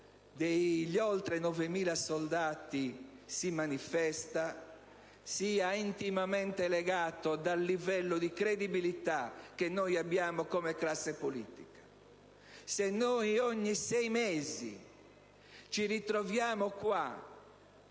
degli oltre 9.000 soldati si manifesta - non siano intimamente legate al livello di credibilità che noi abbiamo come classe politica. Se noi ogni sei mesi ci ritroviamo in